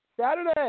Saturday